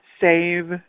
save